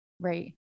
right